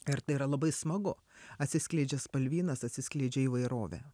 ir tai yra labai smagu atsiskleidžia spalvynas atsiskleidžia įvairovė